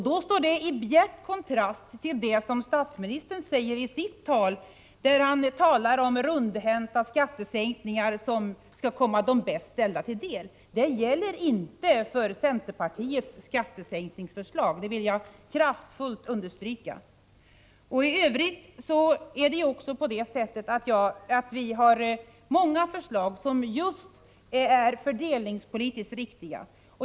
Det står i bjärt kontrast till vad statsministern säger i sitt tal, där han talar om rundhänt skattesänkning som skulle komma de bäst ställda till del. Det gäller inte centerpartiets skattesänkningsförslag, det vill jag kraftfullt understryka. Vi har också många förslag som just är fördelningspolitiskt riktiga.